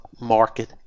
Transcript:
market